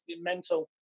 mental